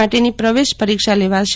માટેની પ્રવેશ પનીક્ષા લેવાશે